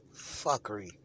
fuckery